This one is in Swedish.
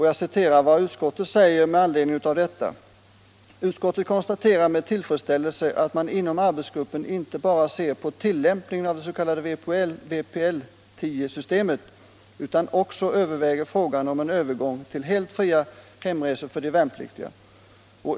Jag citerar vad utskottet skrev med anledning härav: ”Utskottet konstaterar med tillfredsställelse att man inom arbetsgruppen inte bara ser på tillämpningen av det s.k. vpl 10-systemet utan också överväger frågan om en Övergång till helt fria hemresor för de värnpliktiga.